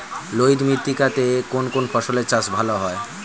লোহিত মৃত্তিকা তে কোন কোন ফসলের চাষ ভালো হয়?